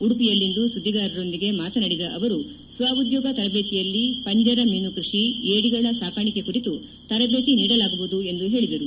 ಉಡುಪಿಯಲ್ಲಿಂದು ಸುದ್ದಿಗಾರರೊಂದಿಗೆ ಮಾತನಾಡಿದ ಅವರು ಸ್ವ ಉದ್ಯೋಗ ತರಬೇತಿಯಲ್ಲಿ ಪಂಜರ ಮೀನು ಕೃಷಿ ಏದಿಗಳ ಸಾಕಾಣಿಕೆ ಕುರಿತು ತರಬೇತಿ ನೀಡಲಾಗುವುದು ಎಂದು ಹೇಳಿದರು